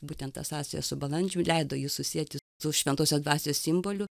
būtent ta sąsaja su balandžiu leido jį susieti su šventosios dvasios simboliu